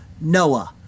Noah